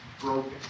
broken